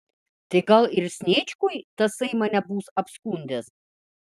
tai gal ir sniečkui tasai mane bus apskundęs